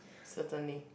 certainly